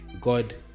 God